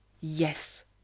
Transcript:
Yes